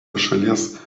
šalies